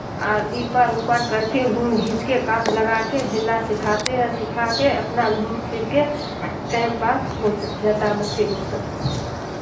اور ای پار او پار کر کے گھون گھینچ کے کات لگا کے لا سکھاتے ہیں سکھا کے اپنا گھوم پھر کے ٹائم پاس ہو جاتا ہے بچے لوگ سب کو